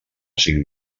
cinc